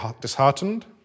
disheartened